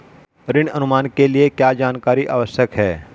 ऋण अनुमान के लिए क्या जानकारी आवश्यक है?